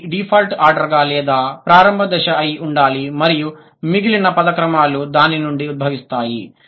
SOV default ఆర్డర్గా లేదా ప్రారంభ దశ అయి ఉండాలి మరియు మిగిలిన పద క్రమాలు దాని నుండి ఉద్భవిస్తాయి